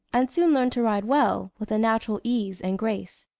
and soon learned to ride well, with a natural ease and grace.